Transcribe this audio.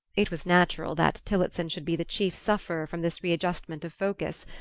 it was natural that tillotson should be the chief sufferer from this readjustment of focus.